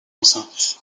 enceinte